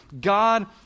God